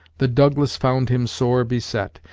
the douglas found him sore beset,